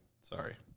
Sorry